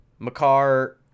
McCarr